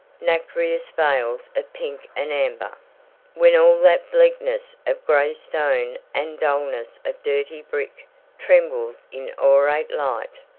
nacreous veils of pink and amber when all that bleakness of gray stone and dullness of dirty brick trembles in aureate light,